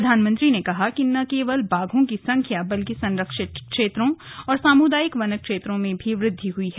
प्रधानमंत्री ने कहा कि न केवल बाघों की संख्या बल्कि संरक्षित क्षेत्रों और सामूदायिक वनक्षेत्रों में भी वृद्धि हुई है